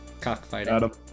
Cockfighting